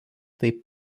taip